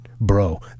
Bro